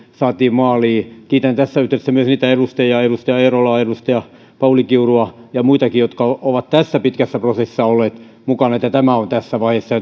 saatiin maaliin kiitän tässä yhteydessä myös niitä edustajia edustaja eerolaa edustaja pauli kiurua ja muitakin jotka ovat tässä pitkässä prosessissa olleet mukana että tämä on tässä vaiheessa